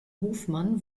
hofmann